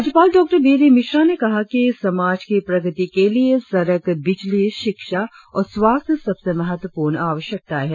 राज्यपाल डॉ B D Mishra ने कहा कि समाज की प्रगति के लिए सड़क बिजली शिक्षा और स्वास्थ्य सबसे महत्वपूर्ण आवश्यकताएं है